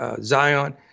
Zion